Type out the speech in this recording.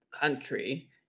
country